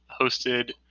hosted